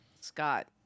Scott